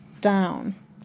down